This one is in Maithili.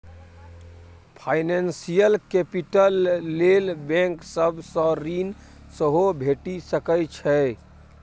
फाइनेंशियल कैपिटल लेल बैंक सब सँ ऋण सेहो भेटि सकै छै